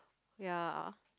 ya